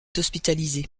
hospitalisée